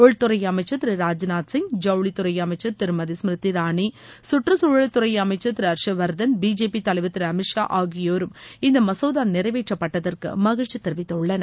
உள்துறை அமைச்சர் திரு ராஜ்நாத் சிங் ஜவுளித்துறை அமைச்சர் திருமதி ஸ்மிருதி இரானி சுற்றுச்சூழல்துறை அளமச்சர் திரு ஹர்ஷ்வர்தன் பிஜேபி தலைவர் திரு அமித் ஷா ஆகியோரும் இந்த மசோதா நிறைவேற்றப்பட்டதற்கு மகிழ்ச்சி தெரிவித்துள்ளனர்